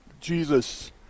jesus